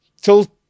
till